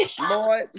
Lord